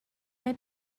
neu